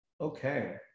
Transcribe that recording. Okay